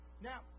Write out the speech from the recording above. Now